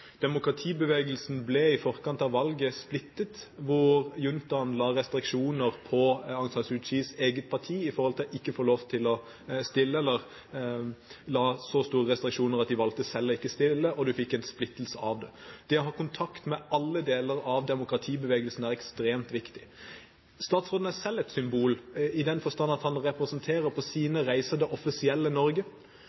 Demokratibevegelsen ble i forkant av valget splittet. Juntaen la restriksjoner på Aung San Suu Kyis eget parti når det gjaldt det å få lov til å stille, eller la så store restriksjoner at de selv valgte ikke å stille, og en fikk en splittelse av det. Det å ha kontakt med alle deler av demokratibevegelsen er ekstremt viktig. Statsråden er selv et symbol, i den forstand at han på sine reiser representerer det offisielle Norge. På